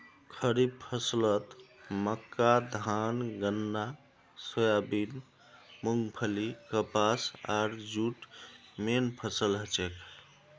खड़ीफ फसलत मक्का धान गन्ना सोयाबीन मूंगफली कपास आर जूट मेन फसल हछेक